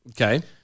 Okay